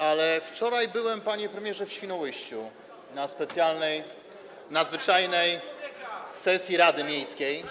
Ale wczoraj byłem, panie premierze, w Świnoujściu na specjalnej, nadzwyczajnej sesji rady miejskiej.